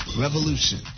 revolution